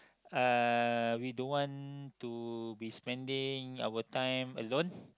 uh we don't want to be spending our time alone